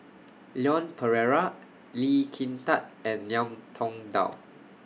Leon Perera Lee Kin Tat and Ngiam Tong Dow